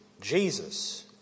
Jesus